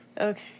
Okay